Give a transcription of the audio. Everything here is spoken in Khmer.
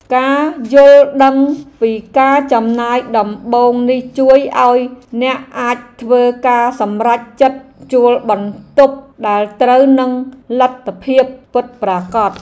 ការយល់ដឹងពីការចំណាយដំបូងនេះជួយឱ្យអ្នកអាចធ្វើការសម្រេចចិត្តជួលបន្ទប់ដែលត្រូវនឹងលទ្ធភាពពិតប្រាកដ។